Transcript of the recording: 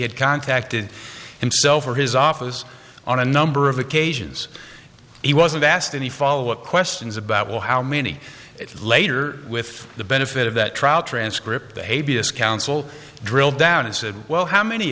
had contacted himself or his office on a number of occasions he wasn't asked any follow up questions about well how many later with the benefit of that trial transcript behaviors counsel drill down and said well how many